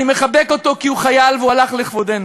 אני מחבק אותו כי הוא חייל והוא הלך לכבודנו.